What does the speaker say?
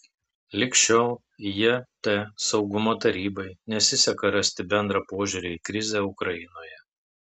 lig šiol jt saugumo tarybai nesiseka rasti bendrą požiūrį į krizę ukrainoje